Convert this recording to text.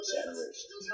Generations